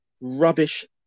rubbish